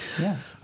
Yes